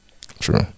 True